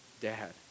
dad